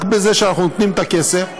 רק בזה שאנחנו נותנים את הכסף,